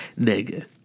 nigga